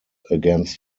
against